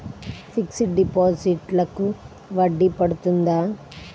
Fixed డిపాజిట్లకు వడ్డీ పడుతుందా?